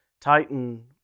Titan